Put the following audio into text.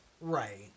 Right